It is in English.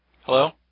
Hello